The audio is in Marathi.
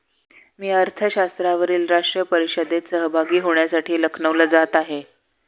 मी अर्थशास्त्रावरील राष्ट्रीय परिषदेत सहभागी होण्यासाठी लखनौला जात आहे